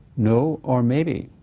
no or maybe?